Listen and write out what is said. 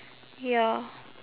ya